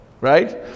right